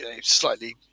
slightly